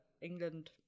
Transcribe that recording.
England